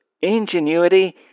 ingenuity